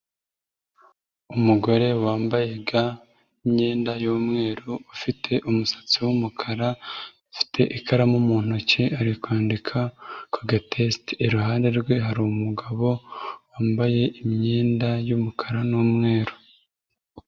Umugore wambaye ga n'imyenda y'umweru, ufite umusatsi w'umukara, ufite ikaramu mu ntoki ari kwandika ku gatesite, iruhande rwe hari umugabo wambaye imyenda y'umukara n'umweru.